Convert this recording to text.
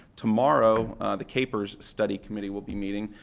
tomorrow the kpers study committee will be meeting.